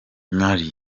mar